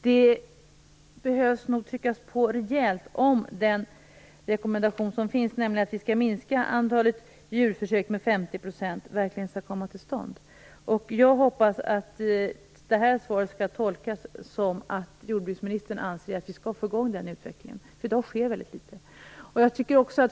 Det behövs nog tryckas på rejält om den rekommendation som finns, nämligen att vi skall minska antalet djurförsök med 50 % skall komma till stånd. Jag hoppas att detta svar skall tolkas som att jordbruksministern anser att vi skall få igång den utvecklingen. I dag sker väldigt litet.